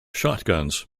shotguns